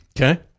Okay